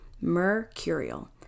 mercurial